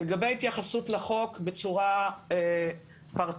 לגבי התייחסות לחוק בצורה פרטנית: